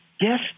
Yes